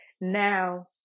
Now